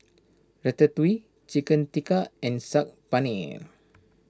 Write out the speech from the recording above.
Ratatouille Chicken Tikka and Saag Paneer